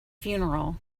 funeral